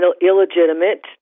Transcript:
illegitimate